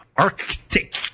Arctic